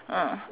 ah